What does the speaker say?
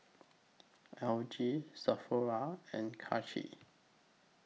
L G Sephora and Karcher